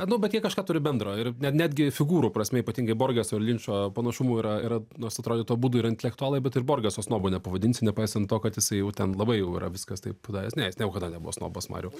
nu bet jie kažką turi bendro ir ne netgi figūrų prasme ypatingai borgeso ir linčo panašumų yra ir nors atrodytų abudu yra intelektualai bet ir borgeso snobu nepavadinsi nepaisant to kad jisai jau ten labai jau yra viską jis taip padaręs ne jis niekada nebuvo snobas mariau